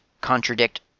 contradict